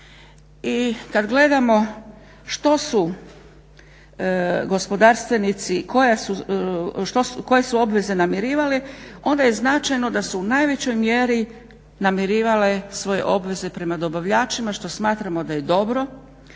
I kad gledamo što su gospodarstvenici, koje su obveze namirivali onda je značajno da su u najvećoj mjeri namirivali svoje obveze prema dobavljačima što smatramo da je dobro,